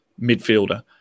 midfielder